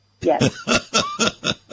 Yes